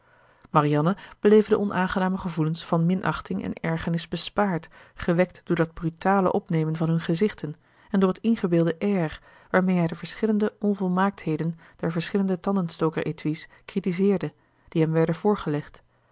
marianne bleven de onaangename gevoelens van minachting en ergernis bespaard gewekt door dat brutale opnemen van hun gezichten en door het ingebeelde air waarmee hij de verschillende onvolmaaktheden der verschillende tandenstoker étuis critiseerde die hem werden voorgelegd